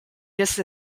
just